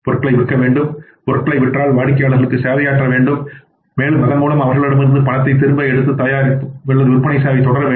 பொருட்களை விற்க வேண்டும் பொருட்களை விற்றால் வாடிக்கையாளருக்கு சேவையாற்ற வேண்டும் மேலும் அதன் மூலம் அவர்களிடமிருந்து பணத்தை திரும்ப எடுத்து தயாரிப்பு அல்லது விற்பனை சேவையை தொடர வேண்டும்